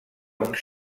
uns